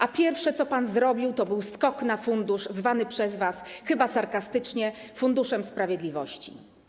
A pierwsze, co pan zrobił, to był skok na fundusz zwany przez was, chyba sarkastycznie, Funduszem Sprawiedliwości.